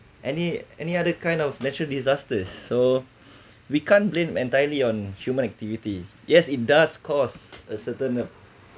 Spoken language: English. any any other kind of natural disasters so we can't blame entirely on human activity yes it does cause a certain